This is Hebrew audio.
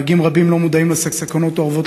נהגים רבים לא מודעים לסכנות האורבות